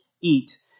eat